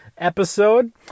episode